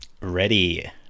ready